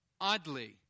oddly